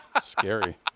Scary